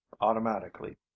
Automatically